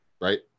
right